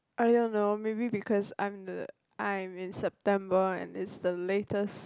I don't know maybe because I'm the I'm in September and it's the latest